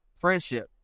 friendship